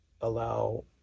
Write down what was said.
allow